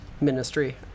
ministry